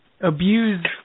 abuse